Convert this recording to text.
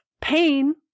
pain